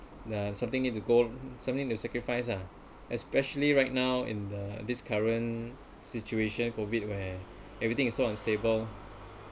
ya something need to go something need to sacrifice lah especially right now in the this current situation COVID where everything is so unstable